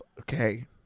okay